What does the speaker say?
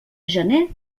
gener